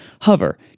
Hover